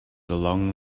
along